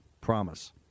promise